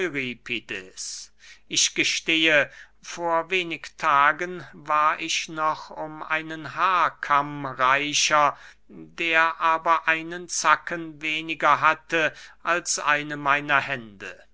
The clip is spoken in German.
ich gestehe vor wenig tagen war ich noch um einen haarkamm reicher der aber einen zacken weniger hatte als eine meiner hände